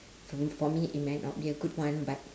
f~ for me it might not be a good one but